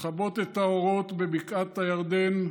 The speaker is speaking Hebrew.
לכבות את האורות בבקעת הירדן,